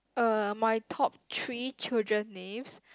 uh my top three children names